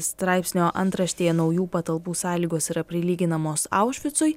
straipsnio antraštėje naujų patalpų sąlygos yra prilyginamos aušvicui